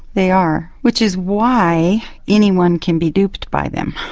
they are, which is why anyone can be duped by them,